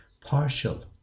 partial